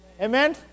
Amen